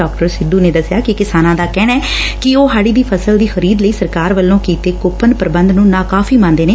ਡਾ ਸਿੱਧੁ ਨੇ ਦੱਸਿਆ ਕਿ ਕਿਸਾਨਾਂ ਦਾ ਕਹਿਣੈ ਕਿ ਉਹ ਹਾੜੀ ਦੀ ਫ਼ਸਲ ਦੀ ਖਰੀਦ ਲਈ ਸਰਕਾਰ ਵੱਲੋਂ ਕੀਤੇ ਕੁਪਨ ਪੁਬੰਧ ਨੂੰ ਨਾਕਾਫੀ ਮੰਨਦੇ ਨੇ